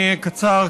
אני אהיה קצר,